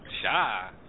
Shy